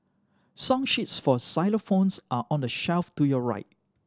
song sheets for xylophones are on the shelf to your right